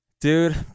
Dude